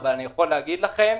אבל אני יכול להגיד לכם: